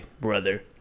brother